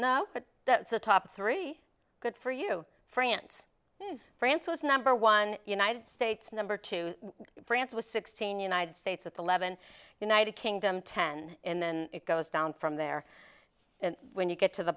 literature but that's the top three good for you france france was number one united states number two france was sixteen united states with eleven united kingdom ten and then it goes down from there and when you get to the